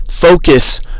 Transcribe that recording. focus